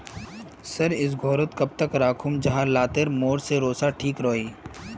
सरिस घोरोत कब तक राखुम जाहा लात्तिर मोर सरोसा ठिक रुई?